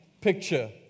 picture